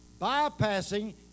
Bypassing